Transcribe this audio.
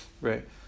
right